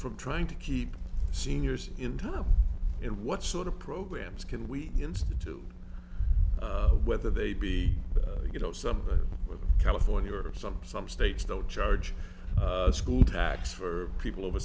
from trying to keep seniors in time and what sort of programs can we institute whether they be you know something with california or something some states don't charge a school tax for people over